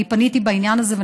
אני פניתי בעניין הזה,